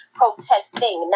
protesting